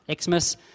Xmas